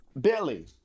Billy